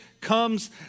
comes